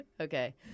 Okay